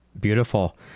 Beautiful